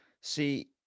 See